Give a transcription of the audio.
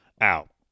out